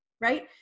right